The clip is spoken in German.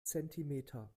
zentimeter